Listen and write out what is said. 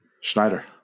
Schneider